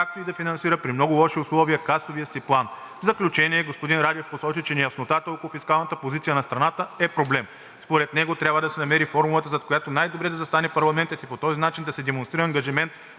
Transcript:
както и да финансира при много лоши условия касовия си план. В заключение господин Радев посочи, че неяснотата около фискалната позиция на страната е проблем. Според него трябва да се намери формулата, зад която най-добре да застане парламентът и по този начин да се демонстрира ангажимент,